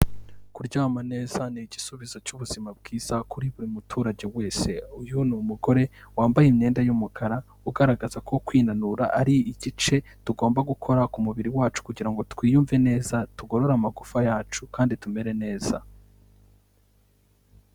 Kuryama neza ni igisubizo cy'ubuzima bwiza kuri buri muturage wese, uyu ni umugore wambaye imyenda y'umukara, ugaragaza ko kwinanura ari igice tugomba gukora ku mubiri wacu kugira ngo twiyumve neza, tugorore amagufa yacu kandi tumere neza.